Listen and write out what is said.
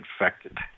infected